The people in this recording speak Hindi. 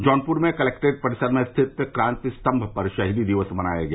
जौनपुर में कलेक्ट्रेट परिसर में स्थित क्रांति स्तंभ पर शहीदी दिवस मनाया गया